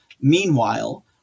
meanwhile